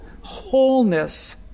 wholeness